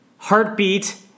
Heartbeat